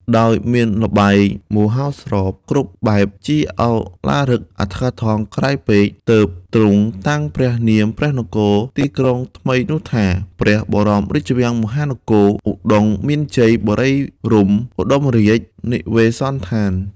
ដោយមានល្បែងមហោស្រពគ្រប់បែបជាឧឡារិកអធិកអធមក្រៃពេក ទើបទ្រង់តាំងព្រះនាមព្រះនគរ (ទីក្រុង) ថ្មីនោះថា " ព្រះបរមរាជវាំងមហានគរ ឧត្តុង្គមានជ័យបុរីរម្យឧត្ដមរាជនិវេសនដ្ឋាន "